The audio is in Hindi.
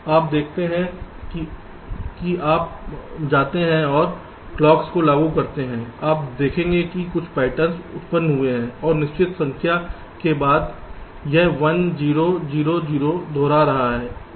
आप देखते हैं कि आप जाते हैं और क्लॉक्स को लागू करते हैं आप देखेंगे कि कुछ पैटर्न उत्पन्न हुए हैं और निश्चित संख्या के बाद यह 1 0 0 0 दोहरा रहा है